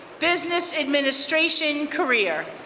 business administration career.